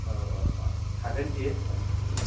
औ औ हागोन बियो औ